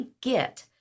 get